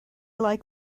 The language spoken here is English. like